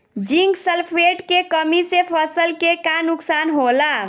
Zinc sulphate के कमी से फसल के का नुकसान होला?